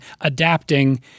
adapting